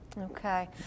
Okay